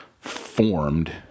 formed